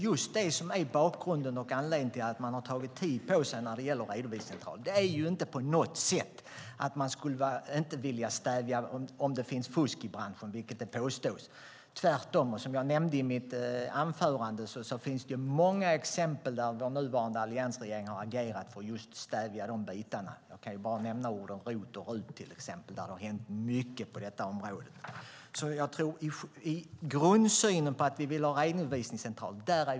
Det var bakgrunden och anledningen att man har tagit tid på sig när det gäller redovisningscentraler. Det är inte på något sätt så att man inte skulle vilja stävja fusk i branschen om det finns, vilket det påstås. Det är tvärtom. Som jag nämnde i mitt anförande finns det många exempel där den nuvarande alliansregeringen har agerat för att stävja de delarna. Jag kan bara nämna orden ROT och RUT, vill exempel. Det har hänt mycket på detta område. Vi är eniga i grundsynen på att vi vill ha redovisningscentraler.